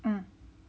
hmm